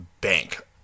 bank